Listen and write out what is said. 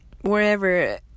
wherever